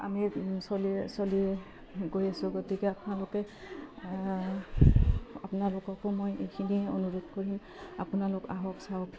আমি চলি চলি গৈ আছোঁ গতিকে আপোনালোকে আপোনালোককো মই এইখিনিয়ে অনুৰোধ কৰিম আপোনালোক আহক চাওক